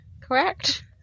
correct